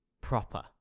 proper